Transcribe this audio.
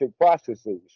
processes